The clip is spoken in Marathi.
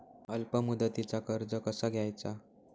अल्प मुदतीचा कर्ज कसा घ्यायचा?